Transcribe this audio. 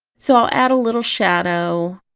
so i'll add a little shadow,